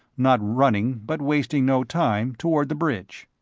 not running but wasting no time, toward the bridge.